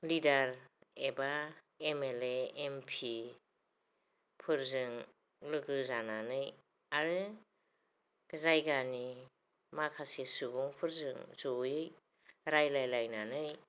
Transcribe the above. leader एबा M L A M P फोरजों लोगो जानानै आरो जायगानि माखासे सुबुंफोरजों जयै रायज्लायलायनानै